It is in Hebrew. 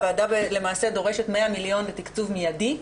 הוועדה למעשה דורשת 100 מיליון בתקצוב מיידי,